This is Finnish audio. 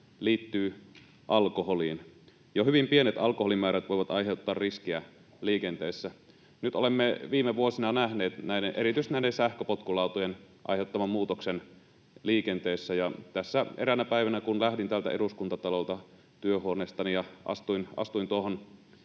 liittyy alkoholiin. Jo hyvin pienet alkoholimäärät voivat aiheuttaa riskejä liikenteessä. Olemme viime vuosina nähneet erityisesti näiden sähköpotkulautojen aiheuttaman muutoksen liikenteessä. Tässä eräänä päivänä, kun lähdin täältä Eduskuntatalolta työhuoneestani ja astuin tuohon